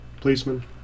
policeman